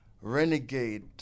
Renegade